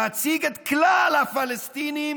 להציג את כלל הפלסטינים